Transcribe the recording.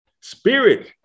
Spirit